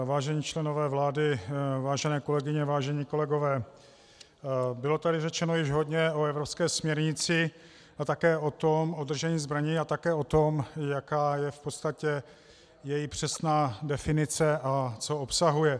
Vážení členové vlády, vážené kolegyně, vážení kolegové, bylo tady řečeno již hodně o evropské směrnici o držení zbraní a také o tom, jaká je v podstatě její přesná definice a co obsahuje.